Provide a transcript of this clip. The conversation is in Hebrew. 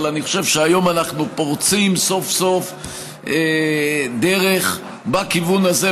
אבל אני חושב שהיום אנחנו פורצים סוף-סוף דרך בכיוון הזה,